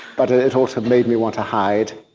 but it also made me want to hide.